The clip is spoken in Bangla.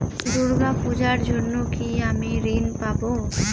দূর্গা পূজার জন্য কি আমি ঋণ পাবো?